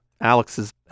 Alex's